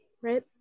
right